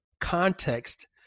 context